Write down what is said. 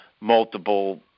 multiple